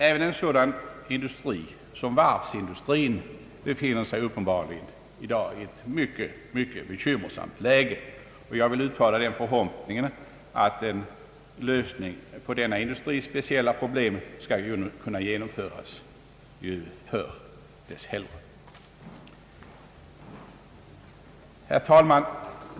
Även varvsindustrin befinner sig för dagen uppenbart i ett mycket, mycket bekymmersamt läge, och jag vill uttala förhoppningen att denna industris speciella problem skall kunna lösas, ju förr dess hellre. Herr talman!